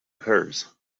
hers